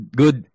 good